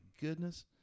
goodness